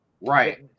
Right